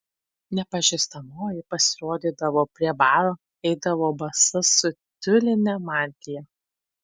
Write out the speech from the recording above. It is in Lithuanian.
nepažįstamoji pasirodydavo prie baro eidavo basa su tiuline mantija